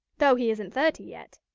though he isn't thirty yet.